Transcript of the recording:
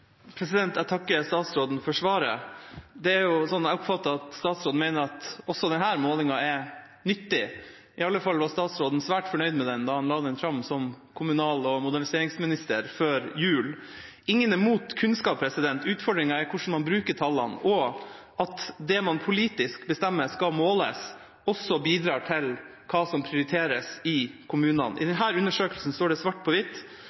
Jeg takker statsråden for svaret. Jeg oppfatter at statsråden mener at også denne målingen er nyttig. I alle fall var statsråden svært fornøyd med den da han la den fram som kommunal- og moderniseringsminister før jul. Ingen er imot kunnskap. Utfordringen er hvordan man bruker tallene, og at det man politisk bestemmer at skal måles, også bidrar til hva som prioriteres i kommunene. I denne undersøkelsen står det svart på